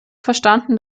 verstanden